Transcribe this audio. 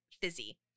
Fizzy